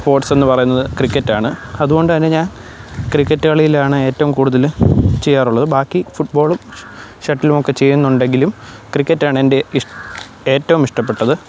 sports എന്ന് പറയുന്നത് cricket ആണ് അതുകൊണ്ടുതന്നെ ഞാൻ ക്രിക്കറ്റ് കളിയിലാണ് ഏറ്റവും കൂടുതൽ ചെയ്യാറുള്ളത് ബാക്കി ഫുട്ട്ബോളും ഷട്ടിലുമൊക്കെ ചെയ്യുന്നുണ്ടെങ്കിലും ക്രിക്കറ്റ് ആണെൻ്റെ ഇഷ് ഏറ്റവും ഇഷ്ടപ്പെട്ടത്